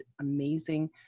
amazing